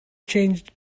changed